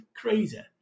crazy